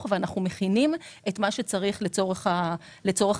ואנחנו מכינים את מה שצריך לצורך זה.